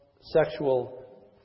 sexual